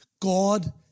god